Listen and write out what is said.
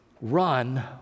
run